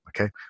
okay